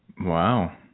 Wow